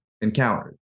encountered